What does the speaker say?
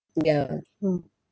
mm ya